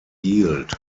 yield